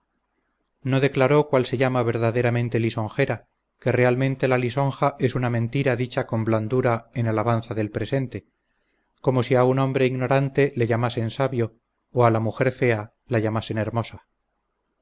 no declaró cuál se llama verdaderamente lisonjera que realmente la lisonja es una mentira dicha con blandura en alabanza del presente como si a un hombre ignorante le llamasen sabio o a la mujer fea la llamasen hermosa